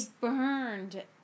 burned